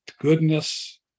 goodness